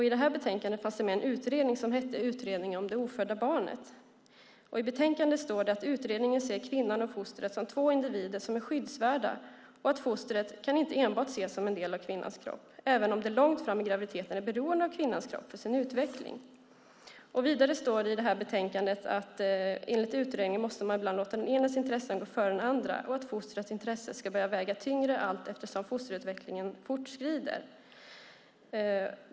I betänkandet fanns en utredning med som hette Utredningen om det ofödda barnet . I betänkandet står att utredningen ser kvinnan och fostret som två individer som är skyddsvärda och att fostret inte enbart kan ses som en del av kvinnans kropp, även om det långt fram i graviditeten är beroende av kvinnans kropp för sin utveckling. Vidare står det i betänkandet att enligt utredningen måste man ibland låta den enas intressen gå före den andras, och att fostrets intresse ska börja väga tyngre allteftersom fosterutvecklingen fortskrider.